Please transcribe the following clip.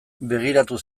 begiratu